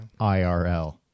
IRL